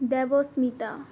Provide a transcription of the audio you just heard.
Debasmita